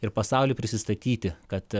ir pasauliui prisistatyti kad